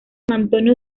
antonio